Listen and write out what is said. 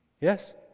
Yes